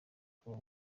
kuba